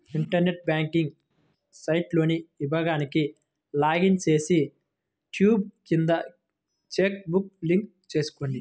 internet banking సైట్లోని విభాగానికి login చేసి, ట్యాబ్ కింద చెక్ బుక్ లింక్ ఎంచుకోండి